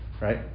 Right